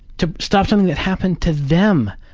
to stop something that happened to them,